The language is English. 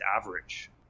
average